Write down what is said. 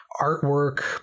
artwork